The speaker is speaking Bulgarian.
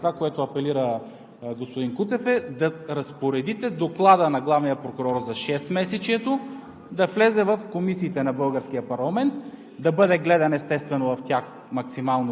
той не е разпределен нито в комисиите, нито в пленарната зала. Тоест това, което трябва Вие да направите, и това, което апелира господин Кутев, е да разпоредите Докладът на главния прокурор за шестмесечието